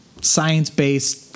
science-based